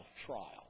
trial